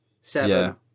Seven